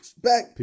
Back